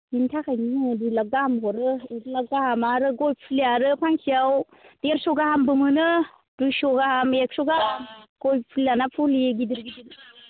बिनि थाखायनो जोङो दुइ लाख गाहाम हरो एक लाख गाहाम आरो गय फुलिया आरो फांसेआव देरस' गाहामबो मोनो दुइस' गाहाम एकस' गाहाम गय फुलि लाना फुलि गिदिर गिदिर